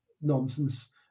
nonsense